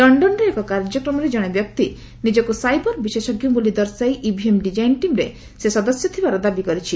ଲଣ୍ଡନରେ ଏକ କାର୍ଯ୍ୟକ୍ରମରେ ଜଣେ ବ୍ୟକ୍ତି ନିଜକୁ ସାଇବର ବିଶେଷଜ୍ଞ ବୋଲି ଦର୍ଶାଇ ଇଭିଏମ୍ ଡିଜାଇନ୍ ଟିମ୍ରେ ସେ ସଦସ୍ୟ ଥିବାର ଦାବି କରିଛି